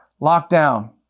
lockdown